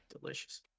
Delicious